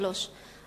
שלוש שנים.